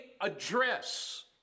address